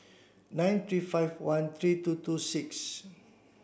nine three five one three two two six